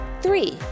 Three